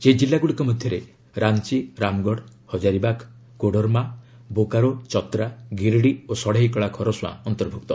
ସେହି ଜିଲ୍ଲାଗୁଡ଼ିକ ମଧ୍ୟରେ ରାଞ୍ଚ ରାମଗଡ଼ ହଜାରୀବାଗ କୋଡରମା ବୋକାରୋ ଚତ୍ରା ଗିରିଡି ଓ ଷଡେଇକଳା ଖରସୁଆଁ ଅନ୍ତର୍ଭୁକ୍ତ